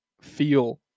feel